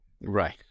right